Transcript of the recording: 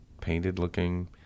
painted-looking